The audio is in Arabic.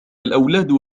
الأولاد